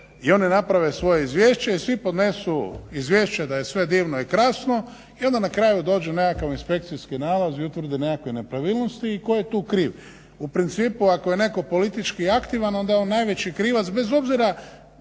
i oni naprave svoje izvješće i svi podnesu izvješće da je sve divno i krasno i onda na kraju dođe nekakav inspekcijski nalaz i utvrdi nekakve nepravilnosti i tko je tu kriv. U principu ako je netko politički aktivan onda je on najveći krivac bez obzira